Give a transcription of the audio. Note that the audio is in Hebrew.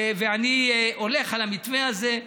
ואני הולך על המתווה הזה.